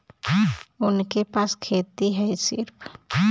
उनके पास खेती हैं सिर्फ